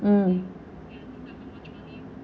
mm